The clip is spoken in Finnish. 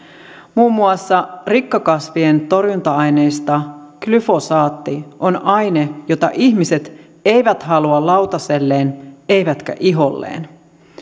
muun muassa rikkakasvien torjunta aineista glyfosaatti on aine jota ihmiset eivät halua lautaselleen eivätkä iholleen